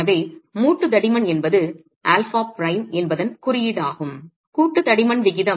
எனவே மூட்டு தடிமன் என்பது ஆல்பா பிரைம் என்பதன் குறியீடாகும் கூட்டு தடிமன் விகிதம்